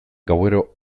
gauero